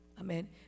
Amen